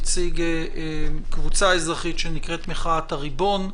נציג קבוצה אזרחית שנקראת "מחאת הריבון".